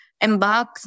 embark